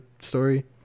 story